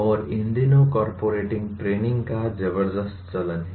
और इन दिनों कॉरपोरेट ट्रेनिंग का जबरदस्त चलन है